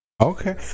Okay